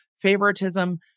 favoritism